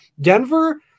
Denver